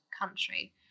country